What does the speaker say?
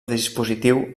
dispositiu